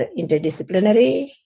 interdisciplinary